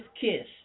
kiss